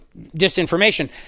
disinformation